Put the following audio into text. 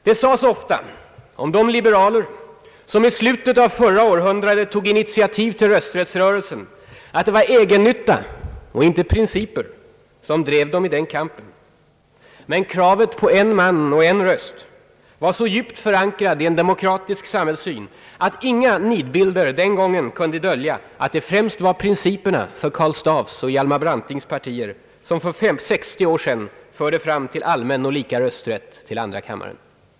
Det sades ofta om de liberaler som i slutet av förra århundradet tog initiativ till rösträttsrörelsen att det var egennytta och inte principer som drev dem i den kampen. Men kravet på »en man, en röst» var så djupt förankrat i en demokratisk samhällssyn att inga nidbilder den gången kunde dölja att det främst var principerna för Karl Staaffs och Hjalmar Brantings partier som för 60 år sedan förde fram till allmän och lika rösträtt till andra kammaren.